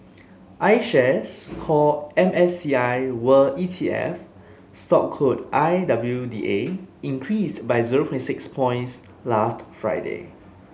IShares Core M S C I World E T F stock code I W D A increased by zero six points last Friday